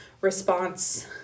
response